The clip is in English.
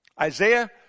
Isaiah